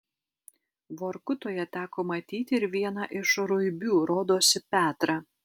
vorkutoje teko matyti ir vieną iš ruibių rodosi petrą